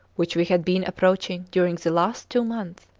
which we had been approaching during the last two months,